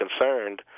concerned